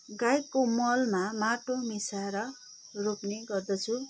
गाईको मलमा माटो मिसाएर रोप्ने गर्दछु